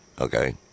okay